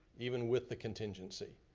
even with the contingency.